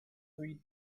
three